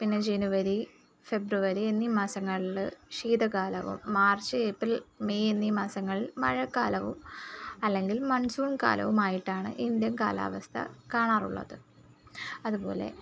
പിന്നെ ജനുവരി ഫെബ്രുവരി എന്നീ മാസങ്ങളില് ശീതകാലവും മാർച്ച് ഏപ്രിൽ മെയ് എന്നീ മാസങ്ങളിൽ മഴക്കാലവും അല്ലെങ്കിൽ മൺസൂൺ കാലവുമായിട്ടാണ് ഇന്ത്യൻ കാലാവസ്ഥ കാണാറുള്ളത് അതുപോലെ